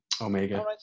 Omega